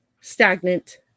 stagnant